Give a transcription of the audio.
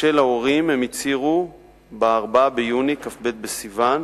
של ההורים הם הצהירו ב-4 ביוני, כ"ב בסיוון,